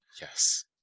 Yes